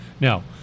now